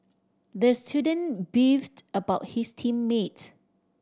the student beefed about his team mates